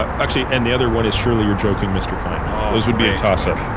actually, and the other one is, surely you're joking, mr. feynman! those would be a tossup.